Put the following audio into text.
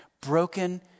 broken